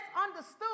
understood